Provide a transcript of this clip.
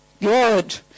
Good